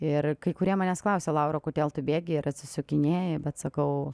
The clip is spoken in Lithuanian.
ir kai kurie manęs klausia laura kodėl tu bėgi ir atsisukinėji bet sakau